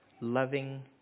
loving